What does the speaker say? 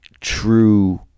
true